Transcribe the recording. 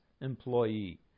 employee